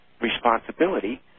responsibility